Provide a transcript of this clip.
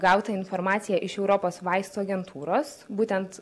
gauta informacija iš europos vaistų agentūros būtent